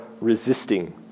resisting